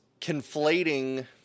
conflating